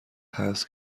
هست